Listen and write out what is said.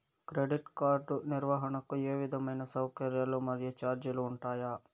Credit card నిర్వహణకు ఏ విధమైన సౌకర్యాలు మరియు చార్జీలు ఉంటాయా?